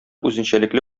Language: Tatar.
үзенчәлекле